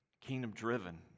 kingdom-driven